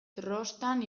trostan